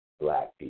black